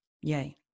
Yay